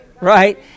Right